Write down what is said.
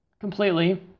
completely